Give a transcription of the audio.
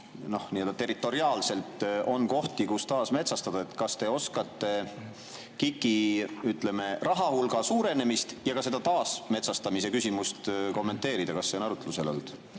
kas meil territoriaalselt on kohti, kus taasmetsastada. Kas te oskate KIK-i rahahulga suurenemist ja seda taasmetsastamise küsimust kommenteerida? Kas see on arutlusel olnud?